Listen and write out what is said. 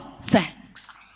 thanks